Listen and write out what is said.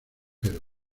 del